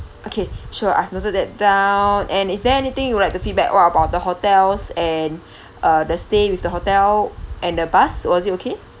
okay sure I have noted that down and is there anything you would like to feedback what about the hotels and uh the stay with the hotel and the bus was it okay